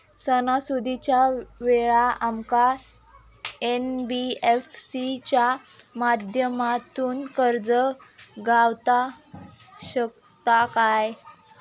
सणासुदीच्या वेळा आमका एन.बी.एफ.सी च्या माध्यमातून कर्ज गावात शकता काय?